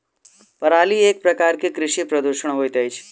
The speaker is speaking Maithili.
पराली एक प्रकार के कृषि प्रदूषण होइत अछि